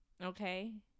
okay